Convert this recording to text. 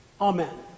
Amen